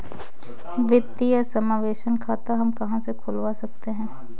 वित्तीय समावेशन खाता हम कहां से खुलवा सकते हैं?